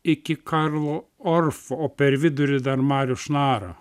iki karlo orf o per vidurį dar marius šnara